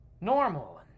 normal